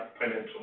financial